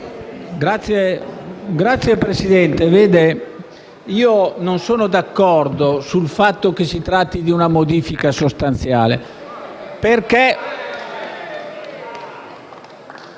Signor Presidente, io non sono d'accordo sul fatto che si tratti di una modifica sostanziale.